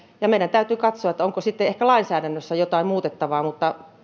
ja meidän täytyy katsoa onko sitten ehkä lainsäädännössä jotain muutettavaa mutta